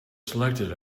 selected